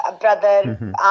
brother